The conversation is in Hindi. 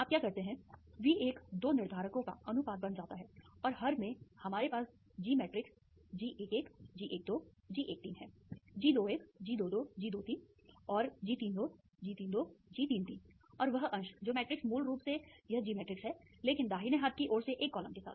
आप क्या करते हैं V1 दो निर्धारकों का अनुपात बन जाता है और हर में हमारे पास G matrix G11 G12 G13 है G21 G22 G23 और G32 G32 G33 और वह अंश जो मैट्रिक्स मूल रूप से यह G मैट्रिक्स है लेकिन दाहिने हाथ की ओर से एक कॉलम के साथ